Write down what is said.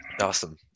Awesome